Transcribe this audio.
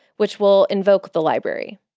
which will invoke the library.